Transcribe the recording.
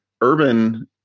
urban